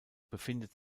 befindet